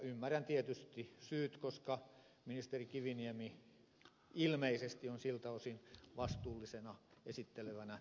ymmärrän tietysti syyt koska ministeri kiviniemi ilmeisesti on siltä osin vastuullisena esittelevänä ministerinä